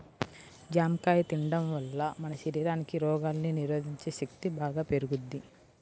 జాంకాయ తిండం వల్ల మన శరీరానికి రోగాల్ని నిరోధించే శక్తి బాగా పెరుగుద్ది